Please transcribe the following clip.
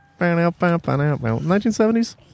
1970s